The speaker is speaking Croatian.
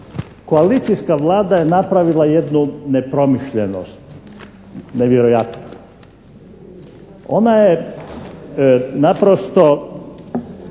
Koalicijska Vlada je napravila jednu nepromišljenost nevjerojatnu. Ona je naprosto